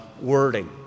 wording